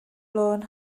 lôn